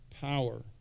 power